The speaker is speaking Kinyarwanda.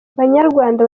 banyarwanda